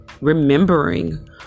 remembering